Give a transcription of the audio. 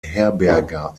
herberger